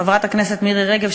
חברת הכנסת מירי רגב,